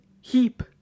heap